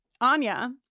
Anya